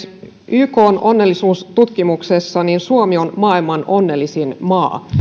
ykn onnellisuustutkimuksessa suomi on maailman onnellisin maa